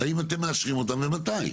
האם אתם מאשרים אותם ומתי?